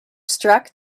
struck